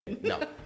No